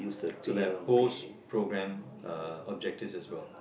so there are post program uh objectives as well